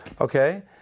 okay